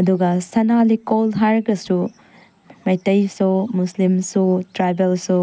ꯑꯗꯨꯒ ꯁꯅꯥ ꯂꯤꯛꯀꯣꯜ ꯍꯥꯏꯔꯒꯁꯨ ꯃꯩꯇꯩꯁꯨ ꯃꯨꯁꯂꯤꯝꯁꯨ ꯇ꯭ꯔꯥꯏꯕꯦꯜꯁꯨ